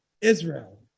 Israel